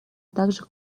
также